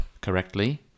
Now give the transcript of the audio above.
correctly